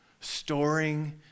Storing